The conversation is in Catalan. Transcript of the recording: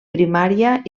primària